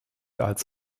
als